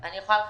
אני יכולה לחדד?